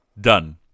done